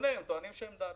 מיסיונרים טוענים שהם דת,